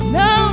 no